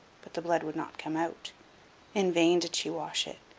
but the blood would not come out in vain did she wash it,